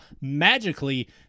magically